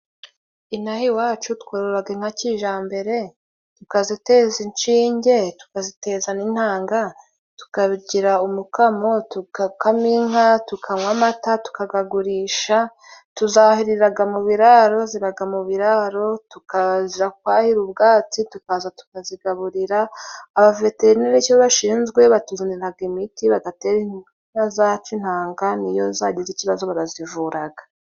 Ino aha iwacu twororaga inka kijambere tukaziteza inshinge, tukaziteza n'intanga, tukabigira umukamo tugakama inka tukanywa amata, tukagagurisha. Tuzahiriraga mu biraro zibaga mu biraro, tukaja kwahira ubwatsi tukaza tukazigaburira. Abaveterineri icyo bashinzwe batuzaniraga imiti bagatera inka zacu intanga n'iyo zagize ikibazo barazivuraga.